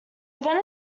event